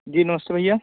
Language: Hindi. जी नमस्ते भैया